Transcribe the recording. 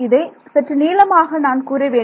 இதை சற்று நீளமாக நான் கூற வேண்டும்